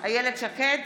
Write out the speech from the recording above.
איילת שקד,